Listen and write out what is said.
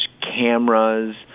cameras